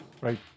Right